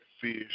fish